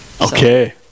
Okay